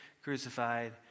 crucified